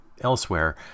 elsewhere